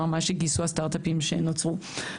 מה שגייסו הסטארט-אפים שנוצרו.